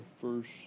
first